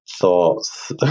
thoughts